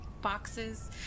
boxes